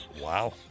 Wow